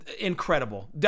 incredible